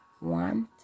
want